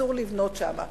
ואסור לבנות שם,